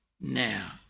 now